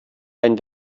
ein